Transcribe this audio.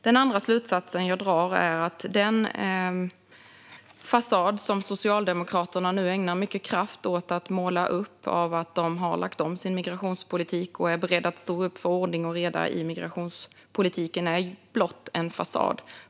Den andra slutsats jag drar är att den fasad som Socialdemokraterna nu ägnar mycket kraft åt att måla upp av att de har lagt om sin migrationspolitik och är beredda att stå upp för ordning och reda i migrationspolitiken är just blott en fasad.